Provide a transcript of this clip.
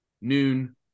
noon